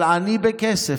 אבל עני בכסף,